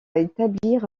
établir